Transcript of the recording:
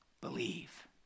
Believe